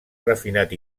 refinat